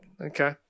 Okay